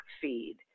feed